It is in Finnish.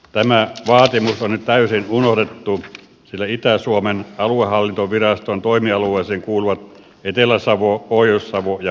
tämä vaatimus on nyt täysin unohdettu sillä itä suomen aluehallintoviraston toimialueeseen kuuluvat etelä savo pohjois savo ja pohjois karjala